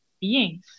beings